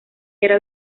era